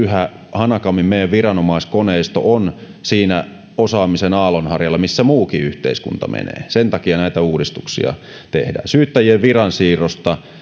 hanakammin meidän viranomaiskoneisto on siinä osaamisen aallonharjalla missä muukin yhteiskunta menee sen takia näitä uudistuksia tehdään syyttäjien viransiirroista